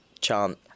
chant